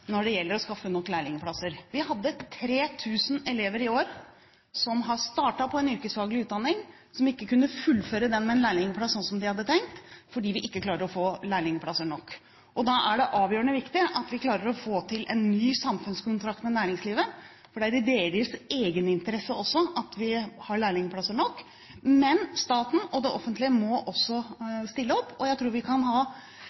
når det gjelder å skaffe nok lærlingplasser. Vi har 3 000 elever i år som har startet på en yrkesfaglig utdanning som ikke har kunnet fullføre den med en lærlingplass, som de hadde tenkt, fordi vi ikke klarer å få lærlingplasser nok. Da er det avgjørende viktig at vi klarer å få til en ny samfunnskontrakt med næringslivet, for det er i deres egeninteresse at vi har lærlingplasser nok. Men staten og det offentlige må også stille opp. Jeg tror man i mange statlige virksomheter egentlig kan ha